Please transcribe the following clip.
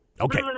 Okay